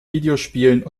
videospielen